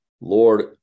Lord